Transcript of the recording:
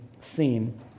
scene